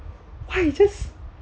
why it just